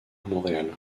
montréal